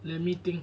let me think